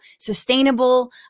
sustainable